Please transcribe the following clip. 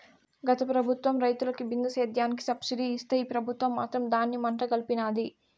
గత పెబుత్వం రైతులకి బిందు సేద్యానికి సబ్సిడీ ఇస్తే ఈ పెబుత్వం మాత్రం దాన్ని మంట గల్పినాది